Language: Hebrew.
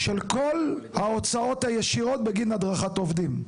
של כל ההוצאות הישירות בגין הדרכת עובדים.